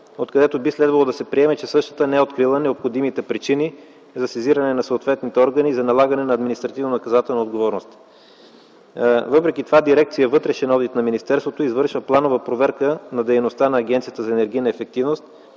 откъдето би следвало да се приеме, че същата не е открила необходимите причини за сезиране на съответните органи и за налагане на административно-наказателна отговорност. Въпреки това дирекция „Вътрешен одит” на министерството извършва планова проверка на дейността на Агенцията по енергийна ефективност